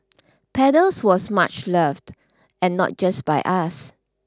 paddles was much loved and not just by us